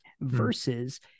versus